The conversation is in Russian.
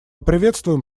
приветствуем